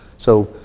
so,